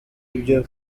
ibyo